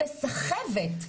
לסחבת.